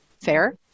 Fair